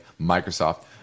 Microsoft